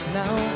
now